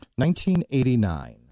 1989